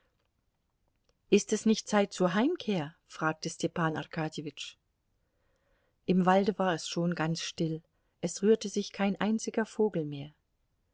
ist es nicht zeit zur heimkehr fragte stepan arkadjewitsch im walde war es schon ganz still es rührte sich kein einziger vogel mehr